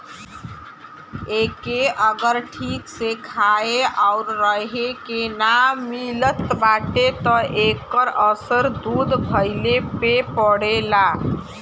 एके अगर ठीक से खाए आउर रहे के ना मिलत बाटे त एकर असर दूध भइले पे पड़ेला